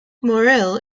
morrill